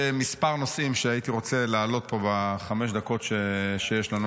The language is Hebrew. נושאים שהייתי רוצה להעלות פה בחמש הדקות שיש לנו